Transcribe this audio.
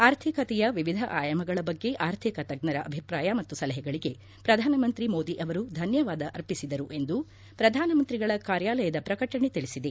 ಆರ್ಥಿಕತೆಯ ವಿವಿಧ ಆಯಾಮಗಳ ಬಗ್ಗೆ ಆರ್ಥಿಕ ತಜ್ಞರ ಅಭಿಪ್ರಾಯ ಮತ್ತು ಸಲಹೆಗಳಿಗೆ ಪ್ರಧಾನಮಂತ್ರಿ ಮೋದಿ ಅವರು ಧನ್ನವಾದ ಅರ್ಪಿಸಿದರು ಎಂದು ಪ್ರಧಾನಮಂತ್ರಿಗಳ ಕಾರ್ಯಾಲಯದ ಪ್ರಕಟಣೆ ತಿಳಿಸಿದೆ